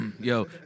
Yo